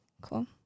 Cool